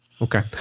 Okay